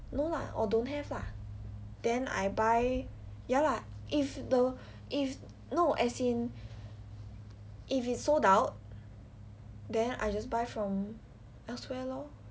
no lah or don't have lah then I buy ya lah if the if no as in if it's sold out then I just buy from elsewhere lor